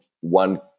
one